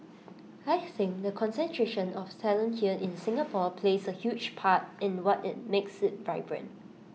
I think the concentration of talent here in Singapore plays A huge part in the what makes IT vibrant